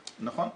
נכון,